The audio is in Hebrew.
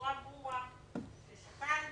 בצורה ברורה שאומרת ששקלתי,